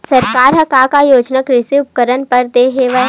सरकार ह का का योजना कृषि उपकरण बर दे हवय?